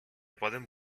poden